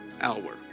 hour